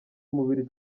umubiri